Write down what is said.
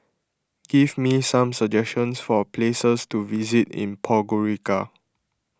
give me some suggestions for places to visit in Podgorica